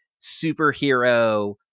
superhero